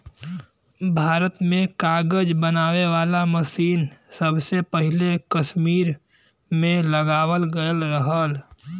भारत में कागज बनावे वाला मसीन सबसे पहिले कसमीर में लगावल गयल रहल